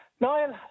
Niall